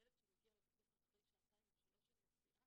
ילד שמגיע לבית הספר אחרי שעתיים ושלוש של נסיעה,